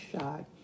shot